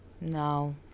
No